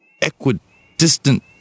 equidistant